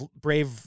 Brave